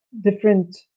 different